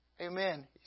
Amen